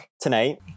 tonight